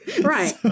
Right